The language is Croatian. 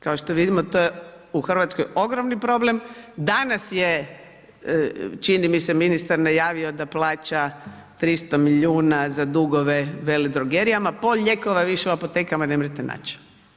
Kao što vidimo, to je u Hrvatskoj ogromni problem, danas je čini mi se ministar najavio da plaća 300 milijuna za dugove veledrogerijama, pol lijekova više u apotekama nemrete nać.